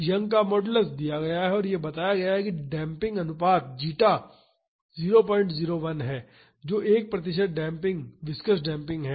young का modulus दिया गया है और यह बताया है कि डंपिंग अनुपात जीटा 001 है जो 1 प्रतिशत डेम्पिंग विसकस डेम्पिंग है